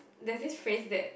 there's this phrase that